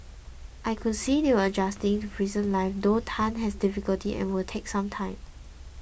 I could see they are adjusting to prison life although Tan has difficulty and will take some time